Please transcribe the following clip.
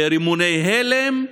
רימוני הלם,